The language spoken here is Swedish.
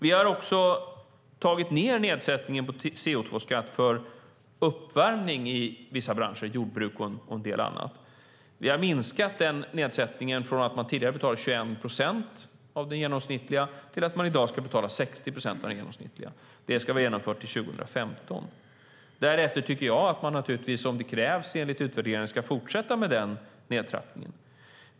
Vi har också tagit ned nedsättningen på CO2-skatt för uppvärmning i vissa branscher, jordbruk och en del annat. Vi har minskat den nedsättningen från att man tidigare betalade 21 procent av den genomsnittliga till att man i dag ska betala 60 procent av den genomsnittliga. Det ska vara genomfört till 2015. Därefter tycker jag att man naturligtvis, om det krävs enligt utvärderingen, ska fortsätta med den nedtrappningen.